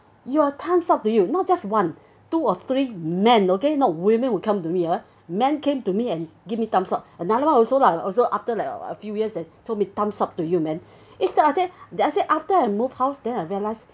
your time's up to you not just one two or three men okay not women will come to me ah men came to me and give me thumbs up and another one also lah also after like a few years then told me thumbs up to you man then I say after I move house then I realise